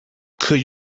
could